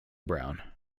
brown